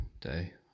day